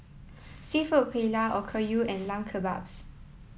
Seafood Paella Okayu and Lamb Kebabs